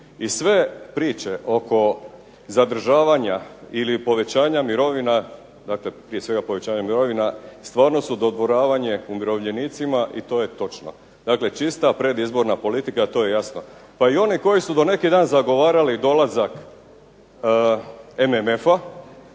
I sve priče oko zadržavanja ili povećanja mirovina, dakle prije svega povećanja mirovina stvarno su dodvoravanje umirovljenicima i to je točno. Dakle, čista predizborna politika, to je jasno. Pa i oni koji su do neki dan zagovarali dolazak MMF-a,